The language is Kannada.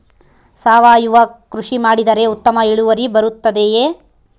ಸಾವಯುವ ಕೃಷಿ ಮಾಡಿದರೆ ಉತ್ತಮ ಇಳುವರಿ ಬರುತ್ತದೆಯೇ?